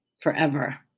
forever